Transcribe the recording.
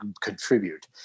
contribute